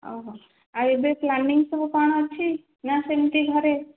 ଆଉ ଏବେ ପ୍ଲାନିଂ ସବୁ କ'ଣ ଅଛି ନା ସେମିତି ଘରେ